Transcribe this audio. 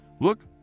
Look